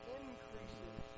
increases